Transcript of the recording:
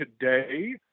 Today